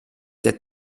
der